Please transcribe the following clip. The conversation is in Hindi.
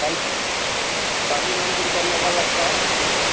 कल काली मंदिर का मेला लगता है जो यहाँ